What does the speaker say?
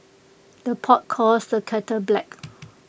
the pot calls the kettle black